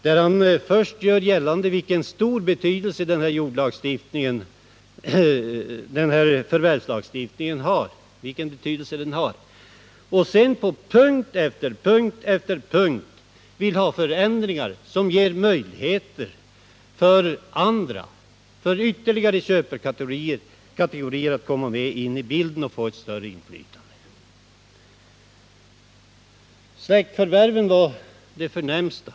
Först gjorde han gällande vilken stor betydelse denna förvärvslagstiftning har. Sedan ville han på punkt efter punkt efter punkt ha förändringar, som gör det möjligt för ytterligare köparkategorier att komma med i bilden och få ett större inflytande. Släktförvärven är de förnämsta.